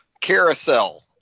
carousel